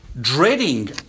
dreading